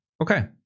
Okay